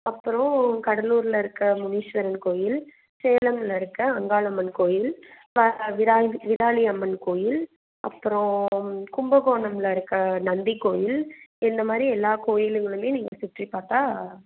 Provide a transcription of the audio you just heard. அப்பறம் கடலூரில் இருக்கற முனீஷ்வரர் கோயில் சேலத்ல இருக்கற அங்காளம்மன் கோயில் வா விராலி விராலி அம்மன் கோயில் அப்பறம் கும்பகோணத்ல இருக்கற நந்தி கோயில் இந்த மாதிரி எல்லா கோயிலுங்களுமே நீங்கள் சுற்றி பார்த்தா